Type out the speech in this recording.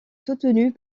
soutenue